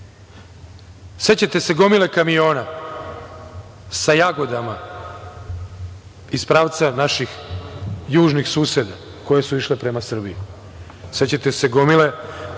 hrane.Sećate se gomile kamiona sa jagodama iz pravca naših južnih suseda, koje su išle prema Srbiji, sećate se gomile